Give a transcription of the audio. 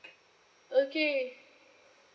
okay